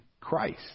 Christ